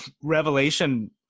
revelation